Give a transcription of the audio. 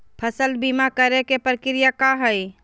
फसल बीमा करे के प्रक्रिया का हई?